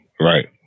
Right